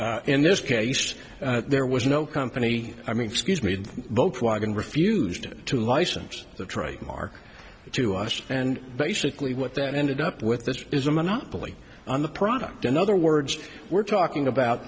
in this case there was no company i mean excuse me both wagon refused to license the trademark to us and basically what that ended up with this is a monopoly on the product in other words we're talking about